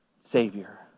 Savior